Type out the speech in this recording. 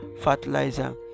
fertilizer